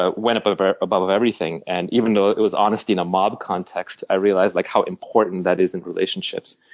ah went ah but above everything. and even though it was honesty in a mob context, i realized like how important that is in relationships.